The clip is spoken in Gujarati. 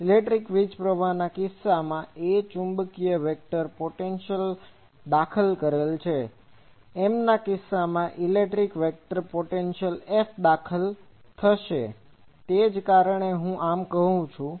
ઇલેક્ટ્રિક પ્રવાહના કિસ્સામાં A ચુંબકીય વેક્ટર પોટેન્શિઅલ દાખલ કરેલ છે M ના કિસ્સામાં ઇલેક્ટ્રિક વેક્ટર પોટેન્શિઅલ F દાખલ થશે તે જ કારણે હું આમ કહું છું